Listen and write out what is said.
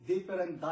Different